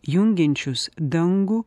jungiančius dangų